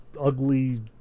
ugly